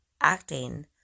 acting